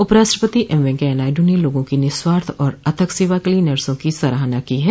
उपराष्ट्रपति एम वेकैया नायडू ने लोगों की निःस्वार्थ और अथक सेवा के लिए नर्सों की सराहना की है